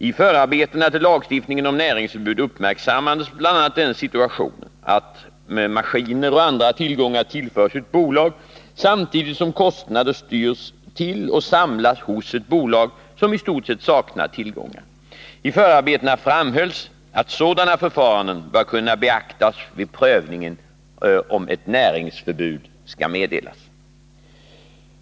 I förarbetena till lagstiftningen om näringsförbud uppmärksammades bl.a. den situationen att maskiner och andra tillgångar tillförs ett bolag, samtidigt som kostnader styrs till och samlas hos ett bolag som i stort sett saknar tillgångar. I förarbetena framhölls att sådana förfaranden bör kunna beaktas vid prövningen av om ett näringsförbud skall meddelas.